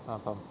ah faham